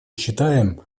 считаем